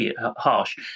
harsh